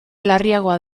larriagoa